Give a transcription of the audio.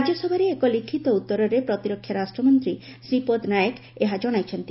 ରାଜ୍ୟସଭାରେ ଏକ ଲିଖିତ ଉତ୍ତରରେ ପ୍ରତିରକ୍ଷା ରାଷ୍ଟ୍ରମନ୍ତ୍ରୀ ଶ୍ରୀପଦ ନାୟକ ଏହା ଜଣାଇଛନ୍ତି